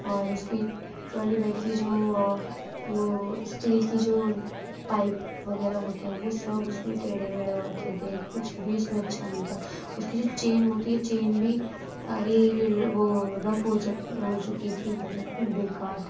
اور اس کی ٹرالی بیگ کے جو وہ اسٹیل کی جو پائپ وغیرہ ہوتے ہیں وہ سب اس میں ٹیڑھے ویڑھے ہو رکھے تھے کچھ بھی اس میں اچھا نہیں تھا اس کی جو چین ہوتی ہے چین بھی ارے وہ رف ہو چکی تھی بالکل بےکار تھا